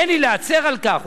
אין לי להצר על כך,